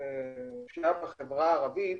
--- הפשיעה בחברה הערבית,